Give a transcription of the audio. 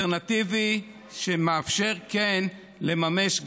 אלטרנטיבי שמאפשר כן לממש,